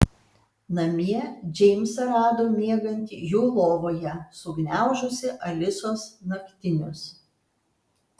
namie džeimsą rado miegantį jų lovoje sugniaužusį alisos naktinius